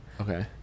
Okay